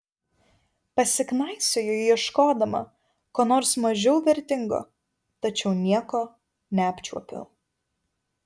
pasiknaisioju ieškodama ko nors mažiau vertingo tačiau nieko neapčiuopiu